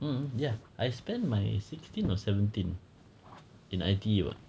um ya I spent my sixteen or seventeen in I_T_E [what]